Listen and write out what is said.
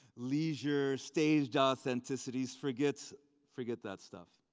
leisure, staged ah authenticities. forget forget that stuff.